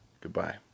Goodbye